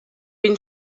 been